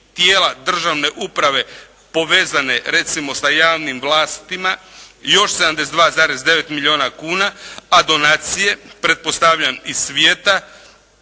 dijela državne uprave povezane recimo sa javnim vlastima i još 72,9 milijuna kuna. A donacije pretpostavljam iz svijeta